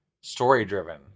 story-driven